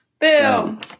boom